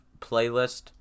playlist